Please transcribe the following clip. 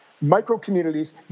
micro-communities